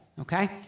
okay